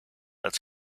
als